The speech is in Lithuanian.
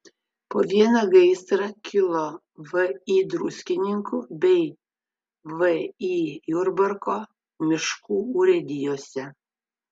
po vieną gaisrą kilo vį druskininkų bei vį jurbarko miškų urėdijose